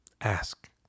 ask